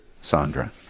Sandra